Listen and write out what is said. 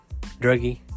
druggie